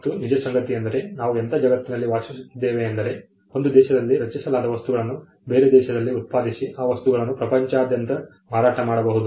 ಮತ್ತು ನಿಜ ಸಂಗತಿಯೆಂದರೆ ನಾವು ಎಂಥ ಜಗತ್ತಿನಲ್ಲಿ ವಾಸಿಸುತ್ತಿದ್ದೇವೆ ಎಂದರೆ ಒಂದು ದೇಶದಲ್ಲಿ ರಚಿಸಲಾದ ವಸ್ತುಗಳನ್ನು ಬೇರೆ ದೇಶದಲ್ಲಿ ಉತ್ಪಾದಿಸಿ ಆ ವಸ್ತುಗಳನ್ನು ಪ್ರಪಂಚದಾದ್ಯಂತ ಮಾರಾಟ ಮಾಡಬಹುದು